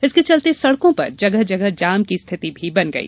इसके चलते सड़कों पर जगह जगह जाम की स्थिति भी बन गई